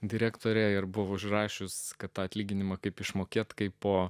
direktorę ir buvo užrašius kad atlyginimą kaip išmokėt kaipo